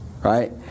Right